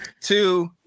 two